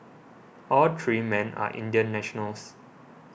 all three men are Indian nationals